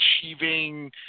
achieving